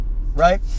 right